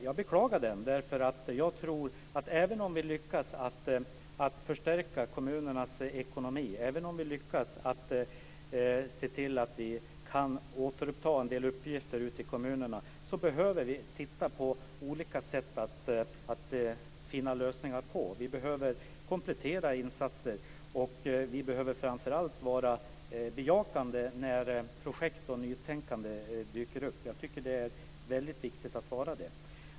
Jag beklagar det, för jag tror att även om vi lyckas med att förstärka kommunernas ekonomi och att återupprätta en del uppgifter ute i kommunerna, behöver vi titta på olika sätt att komma fram till lösningar. Vi behöver komplettera med nya insatser, och vi behöver framför allt vara bejakande när nytänkande och nya projekt dyker upp. Jag tycker att det är viktigt.